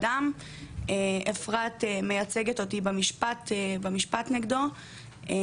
וזה לא פעם ראשונה שנחשפתי לתופעה הזאת של